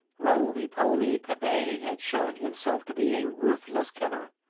roly-poly pepe had shown himself to be a ruthless killer.